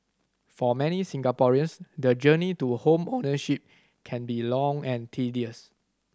for many Singaporeans the journey to home ownership can be long and tedious